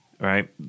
right